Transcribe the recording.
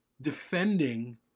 defending